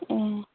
ए